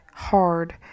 hard